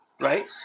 Right